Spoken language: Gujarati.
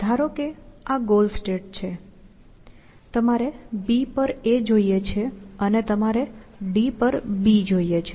ધારો કે આ ગોલ સ્ટેટ છે તમારે B પર A જોઈએ છે અને તમારે D પર B જોઈએ છે